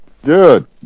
Dude